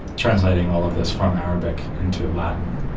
translating all of this from arabic into latin.